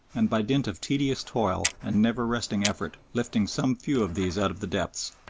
and by dint of tedious toil and never-resting effort lifting some few of these out of the depths,